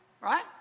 right